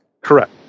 Correct